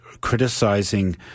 criticizing